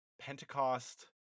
pentecost